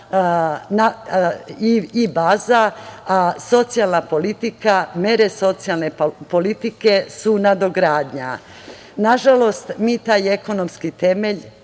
i baza, socijalna politika, mere socijalne politike su nadogradnja. Nažalost, mi taj ekonomski temelj